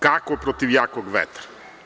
Kako protiv jakog vetra?